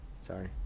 Sorry